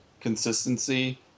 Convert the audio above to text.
consistency